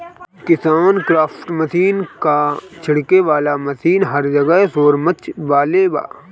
KisanKraft machine क छिड़के वाला मशीन हर जगह शोर मचवले बा